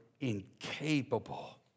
incapable